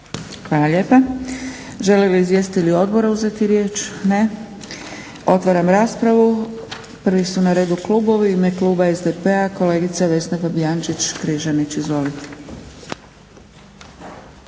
Hvala lijepa. Žele li izvjestitelji odbora uzeti riječ? Ne. Otvaram raspravu. Prvi su na redu klubovi. U ime kluba SDP-a kolegica Vesna Fabijančić-Križanić. Izvolite.